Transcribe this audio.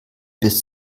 bis